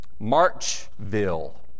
Marchville